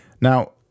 Now